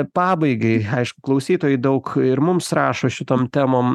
pabaigai aišku klausytojai daug ir mums rašo šitom temom